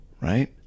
right